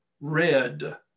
red